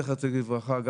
זכר צדיק לברכה,